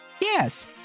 Yes